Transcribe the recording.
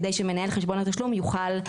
כדי שמנהל חשבון התשלום יוכל,